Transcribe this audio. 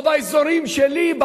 או באזורים שלי,